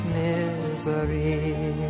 misery